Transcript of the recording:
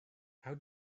how